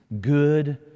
good